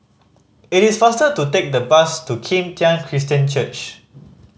it is faster to take the bus to Kim Tian Christian Church